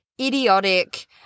idiotic